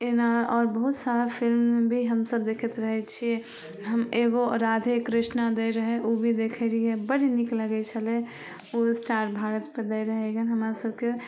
एना आओर बहुत सारा फिलिम भी हमसभ देखैत रहै छी हम एगो राधे कृष्णा दै रहै ओ भी देखै रहिए बड्ड नीक लगै छलै ओ स्टार भारतपर दै रहै गन हमरासभकेँ